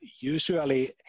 Usually